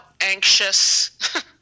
anxious